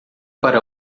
para